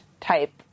type